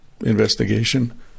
investigation